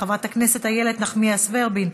חברת הכנסת איילת נחמיאס ורבין,